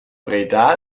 breda